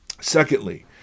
Secondly